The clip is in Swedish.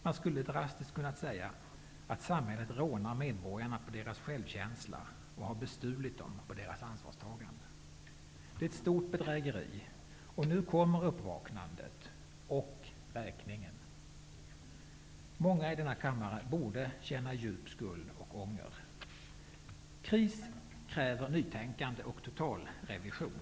Man skulle dras tiskt kunna säga att samhället har rånat medbor garna på deras självkänsla och bestulit dem på de ras ansvarstagande. Det är ett stort bedrägeri, och nu kommer uppvaknandet -- och räkningen. Många i denna kammare borde känna djup skuld och ånger. Kris kräver nytänkande och totalrevision.